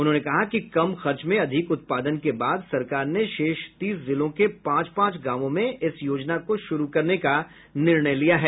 उन्होंने कहा कि कम खर्च में अधिक उत्पादन के बाद सरकार ने शेष तीस जिलों के पांच पांच गांवों में इस योजना को शुरू करने का निर्णय लिया गया है